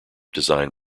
design